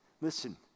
Listen